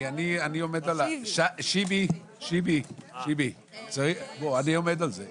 שיהיה יישום של החוק לפי רמות התמיכה של התלות בזולת והתנהגות מאתגרת,